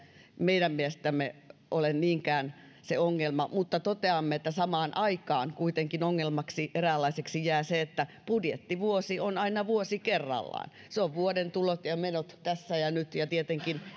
meidän mielestämme ole niinkään ongelma mutta toteamme että samaan aikaan kuitenkin eräänlaiseksi ongelmaksi jää se että budjettivuosi on aina vuosi kerrallaan se on vuoden tulot ja ja menot tässä ja nyt ja tietenkin